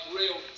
real